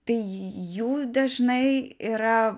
tai jų dažnai yra